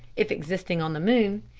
if existing on the moon,